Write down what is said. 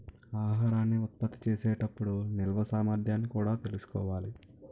ఆహారాన్ని ఉత్పత్తి చేసే టప్పుడు నిల్వ సామర్థ్యాన్ని కూడా తెలుసుకోవాలి